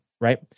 right